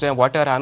water